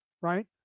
right